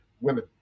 women